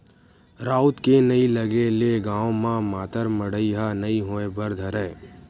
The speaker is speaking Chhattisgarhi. राउत के नइ लगे ले गाँव म मातर मड़ई ह नइ होय बर धरय